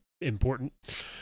important